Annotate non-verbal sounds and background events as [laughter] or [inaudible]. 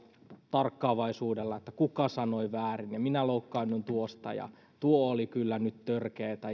tarkkaavaisuudella kuka sanoi väärin ja minä loukkaannuin tuosta ja tuo oli kyllä nyt törkeätä [unintelligible]